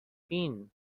فین